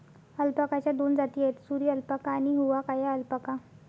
अल्पाकाच्या दोन जाती आहेत, सुरी अल्पाका आणि हुआकाया अल्पाका